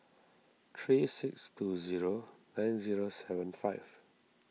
three six two zero nine zero seven five